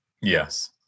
Yes